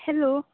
hello